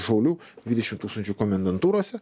šaulių dvidešimt tūkstančių komendantūrose